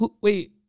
wait